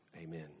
Amen